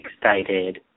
excited